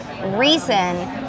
reason